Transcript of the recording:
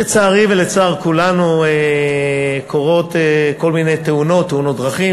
לצערי ולצער כולנו קורות כל מיני תאונות: תאונות דרכים